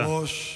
אדוני היושב-ראש,